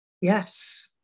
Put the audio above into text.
Yes